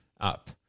up